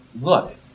look